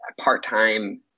part-time